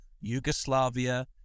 Yugoslavia